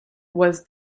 was